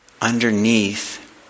underneath